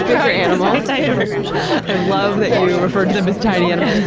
to bigger animals, i love that you referred to them as tiny animals,